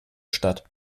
statt